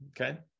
Okay